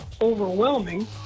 overwhelming